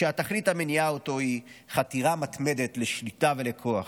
שהתכלית המניעה אותו היא חתירה מתמדת לשליטה וכוח.